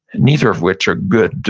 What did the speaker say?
neither of which are good.